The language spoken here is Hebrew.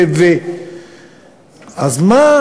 ו- ו- ו- אז מה?